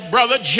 Brother